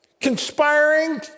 Conspiring